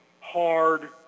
hard